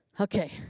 Okay